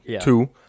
two